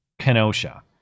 kenosha